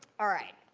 all right.